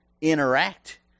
interact